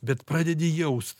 bet pradedi jaust